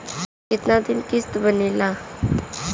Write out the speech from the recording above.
कितना दिन किस्त बनेला?